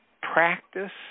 practice